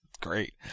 great